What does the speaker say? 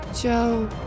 Joe